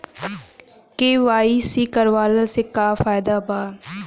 KYC करवला से का का फायदा बा?